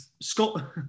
Scott